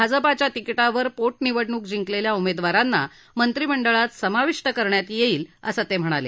भाजपाच्या तिकिटावरं पोटनिवडणूक जिंकलेल्या उमेदवारांना मंत्रिमंडळात समाविष्ट करण्यात येईल असं ते म्हणाले